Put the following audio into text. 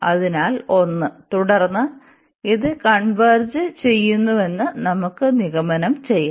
അതിനാൽ 1 തുടർന്ന് ഇത് കൺവെർജ് ചെയ്യുന്നുവെന്ന് നമുക്ക് നിഗമനം ചെയ്യാം